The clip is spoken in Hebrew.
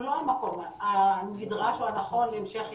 לא המקום הנדרש או הנכון להמשך התעסקות,